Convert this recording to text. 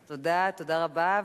אז תודה, תודה רבה.